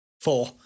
Four